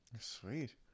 Sweet